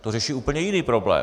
To řeší úplně jiný problém.